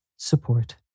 Support